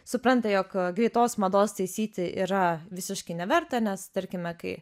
supranta jog greitos mados taisyti yra visiškai neverta nes tarkime kai